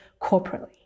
corporately